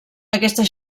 aquesta